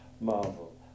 marvel